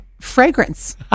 fragrance